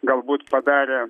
galbūt padarė